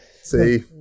See